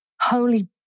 holy